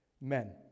Men